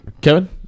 Kevin